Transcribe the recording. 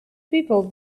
people